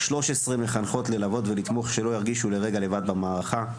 13 מחנכות ללוות ולתמוך שלא ירגישו לרגע לבד במערכה,